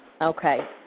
Okay